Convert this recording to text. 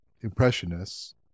impressionists